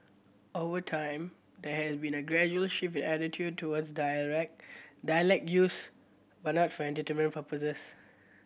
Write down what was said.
over time there has been a gradual shift in attitudes towards dialect use but not for entertainment purposes